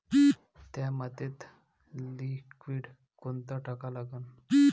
थ्या मातीत लिक्विड कोनचं टाका लागन?